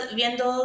viendo